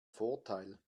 vorteil